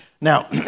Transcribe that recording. Now